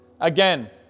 Again